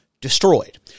destroyed